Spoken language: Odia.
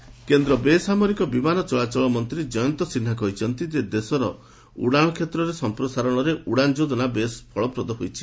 ଜୟନ୍ତ ସିହ୍ନା କେନ୍ଦ୍ର ବେସାମରିକ ବିମାନ ଚଳାଚଳ ମନ୍ତ୍ରୀ ଜୟନ୍ତ ସିହ୍ରା କହିଛନ୍ତି ଯେ ଦେଶର ଉଡ଼ାଣ କ୍ଷେତ୍ରର ସଂପ୍ରସାରଣରେ 'ଉଡ଼ାନ୍ ଯୋଜନା' ବେଶ୍ ଫଳପ୍ରଦ ହୋଇଛି